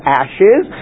ashes